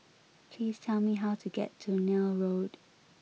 please tell me how to get to Neil Road